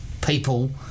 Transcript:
people